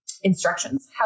instructions